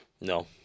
No